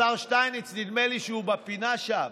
השר שטייניץ, נדמה לי שהוא בפינה שם.